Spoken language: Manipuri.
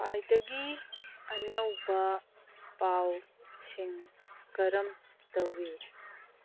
ꯈ꯭ꯋꯥꯏꯗꯒꯤ ꯑꯅꯧꯕ ꯄꯥꯎꯁꯤꯡ ꯀꯔꯝ ꯇꯧꯏ